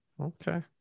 Okay